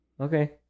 Okay